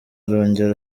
arongera